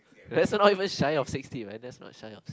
that's not even shy of sixty right that's not shy of sixty